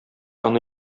аны